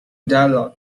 dialogue